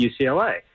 UCLA